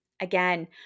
again